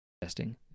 testing